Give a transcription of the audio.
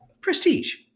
prestige